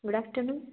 good afternoon